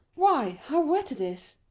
why, how wet it is?